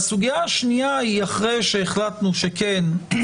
והסוגיה השנייה היא שאחרי שהחלטנו שאנחנו